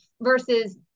versus